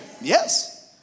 Yes